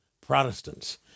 Protestants